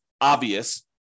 obvious